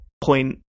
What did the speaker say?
point